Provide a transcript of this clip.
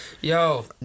yo